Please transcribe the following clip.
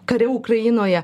kare ukrainoje